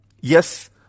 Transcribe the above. yes